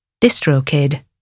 DistroKid